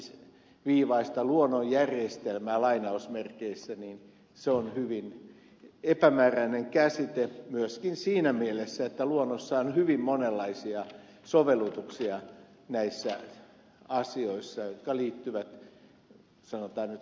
jotenka tällainen yksiviivainen luonnonjärjestelmä lainausmerkeissä on hyvin epämääräinen käsite myöskin siinä mielessä että luonnossa on hyvin monenlaisia sovellutuksia näissä asioissa jotka liittyvät sanotaan nyt vaikka tähän ed